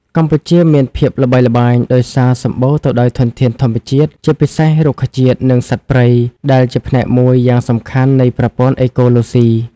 កម្ពុជាមានភាពល្បីល្បាញដោយសារសម្បូរទៅដោយធនធានធម្មជាតិ ជាពិសេស រុក្ខជាតិ និងសត្វព្រៃ ដែលជាផ្នែកមួយយ៉ាងសំខាន់នៃប្រព័ន្ធអេកូឡូស៊ី។